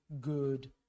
good